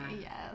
Yes